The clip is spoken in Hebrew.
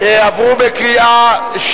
סעיף 52,